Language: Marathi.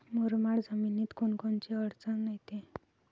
मुरमाड जमीनीत कोनकोनची अडचन येते?